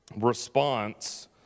response